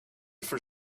for